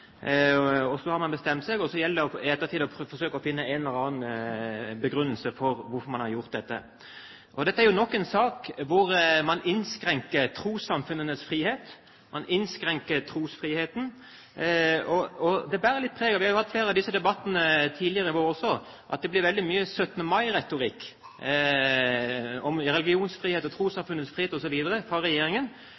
har bestemt seg – og så gjelder det, i ettertid, å forsøke å finne en eller annen begrunnelse for hvorfor man har gjort dette. Dette er nok en sak hvor man innskrenker trossamfunnenes frihet, man innskrenker trosfriheten. Det bærer preg av – vi har jo hatt flere av disse debattene tidligere i vår også – veldig mye 17. mai-retorikk fra regjeringens side, om religionsfrihet,